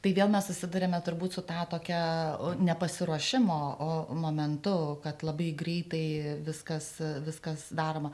tai vėl mes susiduriame turbūt su ta tokia nepasiruošimo o momentu kad labai greitai viskas viskas daroma